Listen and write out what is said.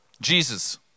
Jesus